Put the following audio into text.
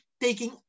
taking